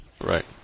Right